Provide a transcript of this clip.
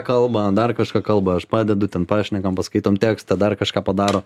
kalba dar kažką kalba aš padedu ten pašnekam paskaitom tekstą dar kažką padaro